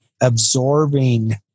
absorbing